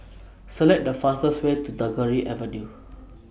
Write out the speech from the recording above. Select The fastest Way to Tagore Avenue